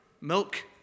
milk